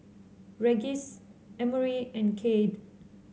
Regis Emory and Cade